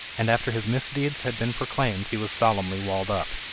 and after his misdeeds had been proclaimed he was solemnly walled up.